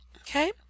Okay